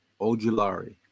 Ojulari